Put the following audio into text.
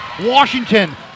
Washington